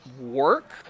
work